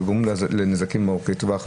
זה גורם לנזקים ארוכי טווח.